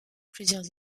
plusieurs